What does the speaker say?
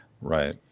Right